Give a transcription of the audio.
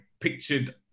pictured